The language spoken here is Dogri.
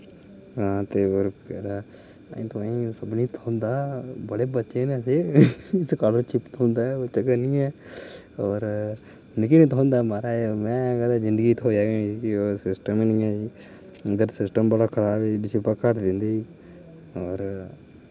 हां ते ताईं तुआईं सभने थोह्ंदा बड़े बच्चे न इत्थे स्कालरशिप थोह्ंदा ऐ उनें और मिकी निं थोह्ंदा माराज कदें जिंदगी च थोआ गै निं ओह् सिस्टम गै निं इंदा सिस्टम बड़ा खराब ऐ जी बजीफा घर दिंदे हे